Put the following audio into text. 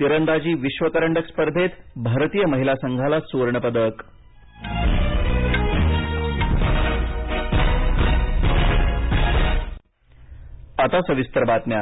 तीरंदाजी विश्व करंडक स्पर्धेत भारतीय महिला संघाला सुवर्णपदक पंतप्रधान